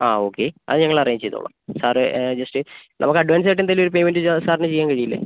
ആ ഓക്കെ അത് ഞങ്ങൾ അറേഞ്ച് ചെയ്തോളാം സാറ് ജസ്റ്റ് നമുക്ക് അഡ്വാൻസ് ആയിട്ട് എന്തേലും ഒരു പേയ്മെൻറ്റ് ചെയ്യാൻ സാറിന് ചെയ്യാൻ കഴിയില്ലേ